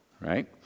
right